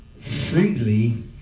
freely